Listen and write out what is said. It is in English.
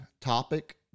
topic